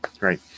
right